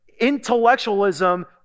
intellectualism